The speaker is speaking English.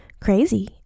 crazy